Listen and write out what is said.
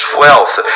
wealth